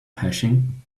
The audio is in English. hashing